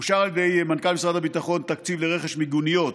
אושר על ידי מנכ"ל משרד הביטחון תקציב לרכש מיגוניות